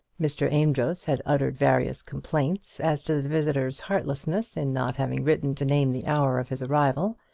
mr. amedroz had uttered various complaints as to the visitor's heartlessness in not having written to name the hour of his arrival,